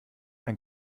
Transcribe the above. ein